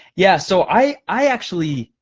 yeah, so i actually,